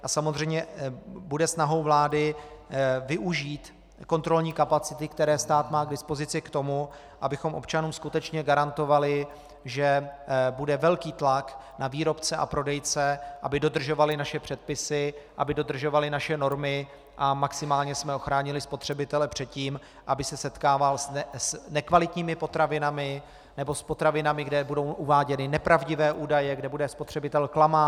A samozřejmě bude snahou vlády využít kontrolní kapacity, které stát má k dispozici k tomu, abychom občanům skutečně garantovali, že bude velký tlak na výrobce a prodejce, aby dodržovali naše předpisy, aby dodržovali naše normy a maximálně jsme ochránili spotřebitele před tím, aby se setkával s nekvalitními potravinami nebo s potravinami, kde budou uváděny nepravdivé údaje, kde bude spotřebitel klamán.